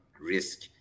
risk